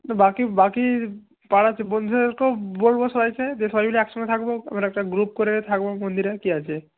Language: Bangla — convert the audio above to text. বাকি বাকি পাড়াতে বন্ধুদেরকেও বলব সবাইকে যে সবাই মিলে একসঙ্গে থাকব আমরা একটা গ্রুপ করে থাকব মন্দিরে কী আছে